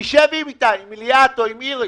שב עם ליאת או עם איריס.